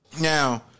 Now